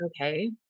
okay